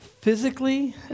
Physically